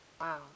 Wow